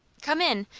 come in,